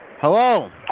Hello